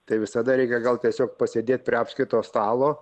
tai visada reikia gal tiesiog pasėdėt prie apskrito stalo